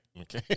Okay